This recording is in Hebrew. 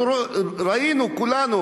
אנחנו ראינו כולנו,